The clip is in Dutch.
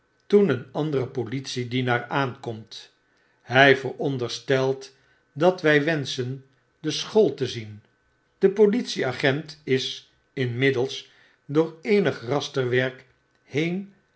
toen een andere politiedienaar aankomt hy veronderstelt dat wwenschende school te zien de politieagent jnmiddels door eenig raster werk heen